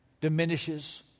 diminishes